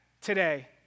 today